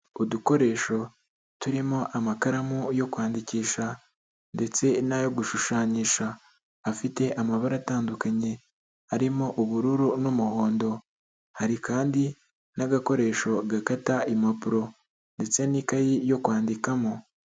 Udukoresho turimo amakaramu yo kwandikisha ndetse n'ayo gushushanyisha, afite amabara atandukanye, arimo ubururu n'umuhondo, hari kandi n'agakoresho gakata impapuro ndetse n'ikayi yo kwandikamo.